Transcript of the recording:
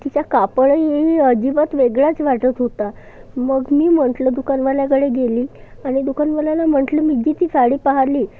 तिचा कापडही अजिबात वेगळाच वाटत होता मग मी म्हटलं दुकानवाल्याकडे गेली आणि दुकानवाल्याला म्हटलं मी जी ती साडी पाहिली